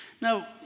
Now